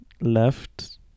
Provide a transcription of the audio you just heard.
left